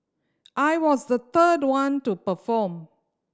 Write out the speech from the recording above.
I was the third one to perform